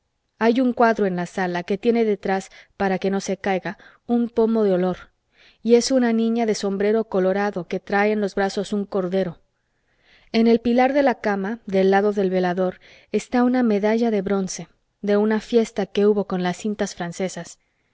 hay un cuadro en la sala que tiene detrás para que no se caiga un pomo de olor y es una niña de sombrero colorado que trae en los brazos un cordero en el pilar de la cama del lado del velador está una medalla de bronce de una fiesta que hubo con las cintas francesas